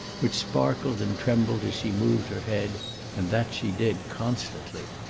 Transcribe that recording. which sparkled and trembled as she moved her head and that she did constantly.